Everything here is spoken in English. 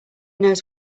knows